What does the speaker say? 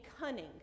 cunning